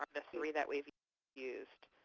um the three that we used.